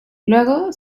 luego